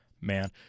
man